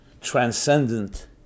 transcendent